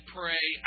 pray